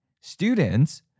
students